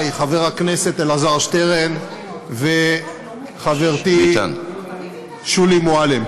חבר הכנסת אלעזר שטרן וחברתי שולי מועלם.